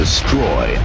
Destroy